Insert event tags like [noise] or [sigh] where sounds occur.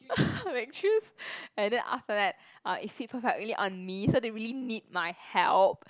[laughs] then after that uh it fit perfectly on me so they really need my help